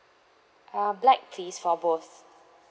uh black please for both